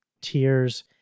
tears